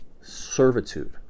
servitude